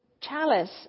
chalice